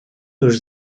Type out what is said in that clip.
już